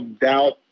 doubt